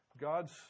God's